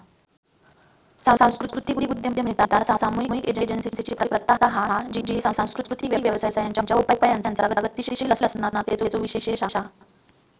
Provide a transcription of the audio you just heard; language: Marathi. सांस्कृतिक उद्यमिता सामुहिक एजेंसिंची प्रथा हा जी सांस्कृतिक व्यवसायांच्या उपायांचा गतीशील असणा तेचो विशेष हा